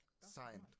signed